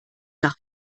nach